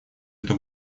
это